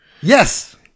Yes